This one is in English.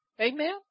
amen